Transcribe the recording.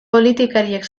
politikariek